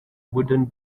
wooden